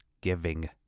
giving